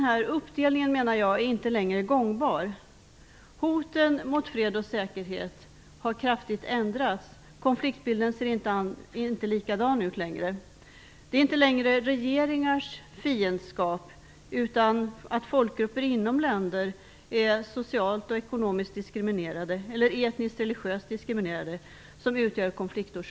Den uppdelningen är inte längre gångbar. Hoten mot fred och säkerhet har kraftigt ändrats. Konfliktbilden ser inte ut på samma sätt. Det är inte längre regeringars fiendskap som utgör konfliktorsaken, utan det är att folkgrupper inom länder är socialt och ekonomiskt eller etniskt och religiöst diskriminerade.